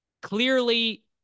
clearly